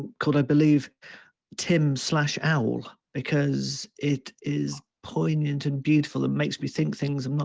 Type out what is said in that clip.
called i believe tim slash owl, because it is poignant and beautiful. it makes me think things